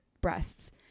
breasts